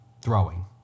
throwing